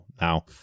now